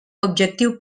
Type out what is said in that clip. objectiu